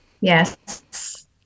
Yes